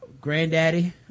granddaddy